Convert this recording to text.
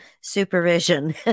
supervision